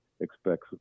expects